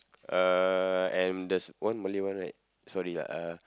uh and there's one Malay one right sorry ah uh